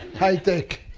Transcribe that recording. high tech.